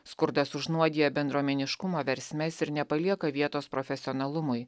skurdas užnuodija bendruomeniškumo versmes ir nepalieka vietos profesionalumui